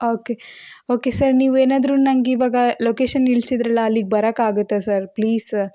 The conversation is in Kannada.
ಓಕೆ ಓಕೆ ಸರ್ ನೀವೇನಾದರೂ ನನಗಿವಾಗ ಲೊಕೇಶನ್ ಇಳಿಸಿದ್ರಲ್ಲ ಅಲ್ಲಿಗೆ ಬರೋಕ್ಕಾಗುತ್ತ ಸರ್ ಪ್ಲೀಸ್ ಸರ್